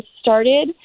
started